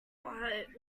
but